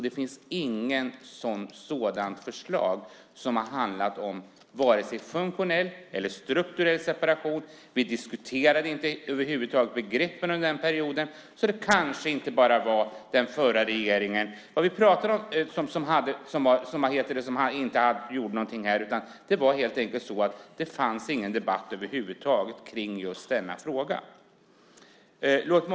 Det fanns inget förslag som handlade vare sig om funktionell eller om strukturell separation. Vi diskuterade över huvud taget inte begreppen under den perioden, så det kanske inte bara var den förra regeringens fel. Det fanns helt enkelt ingen debatt över huvud taget kring just denna fråga.